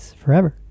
forever